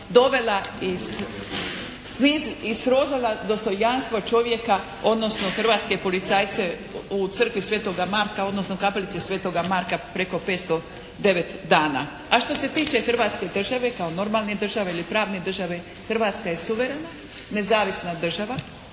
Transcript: dovela i srozala dostojanstvo čovjeka, odnosno hrvatske policajce u Crkvi Svetoga Marka, odnosno Kapelici Svetoga Marka preko 509 dana. A što se tiče hrvatske države kao normalne države ili pravne države Hrvatska je suverena, nezavisna država,